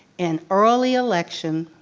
in early election.